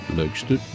leukste